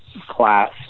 class